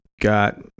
got